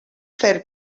fer